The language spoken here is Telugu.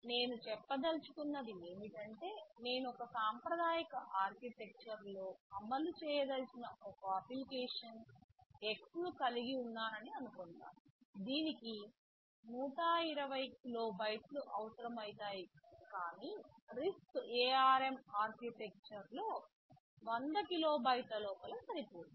నేను చెప్పదలచుకున్నది ఏమిటంటే నేను ఒక సాంప్రదాయిక ఆర్కిటెక్చర్లో అమలు చేయదలిచిన ఒక అప్లికేషన్ X ను కలిగి ఉన్నానని అనుకుందాం దీనికి 120 కిలోబైట్లు అవసరమవుతాయి కాని RISC ARM ఆర్కిటెక్చర్లో 100 కిలోబైట్ల లోపల సరిపోతుంది